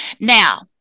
Now